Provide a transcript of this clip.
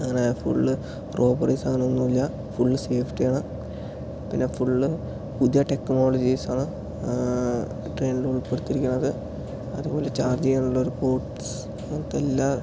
അങ്ങനെ full robbery സാധനങ്ങൾ ഒന്നും ഇല്ല ഫുൾ സേഫ്റ്റി ആണ് പിന്നെ ഫുൾ പുതിയ ടെക്നോളജീസ് ആണ് ട്രെയിനിൽ ഉൾപ്പെടിത്തിയിരിക്കുന്നത് അതുപോലെ ചാർജ് ചെയ്യാൻ ഉള്ള ഒരു പോർട്ട്സ് അങ്ങനത്തെ എല്ലാ